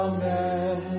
Amen